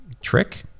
trick